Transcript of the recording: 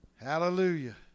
Hallelujah